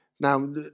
now